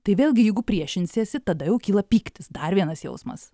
tai vėlgi jeigu priešinsiesi tada jau kyla pyktis dar vienas jausmas